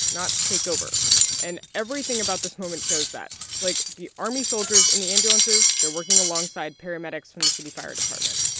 not take over and everything about this moment shows that like, the army soldiers and the ambulances, they're working alongside paramedics from the city fire department.